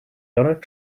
donald